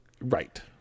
Right